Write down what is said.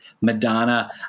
Madonna